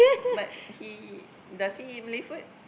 but he does he eat Malay food